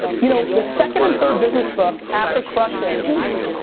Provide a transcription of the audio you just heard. you know, the second and third business book after crush it! jesus.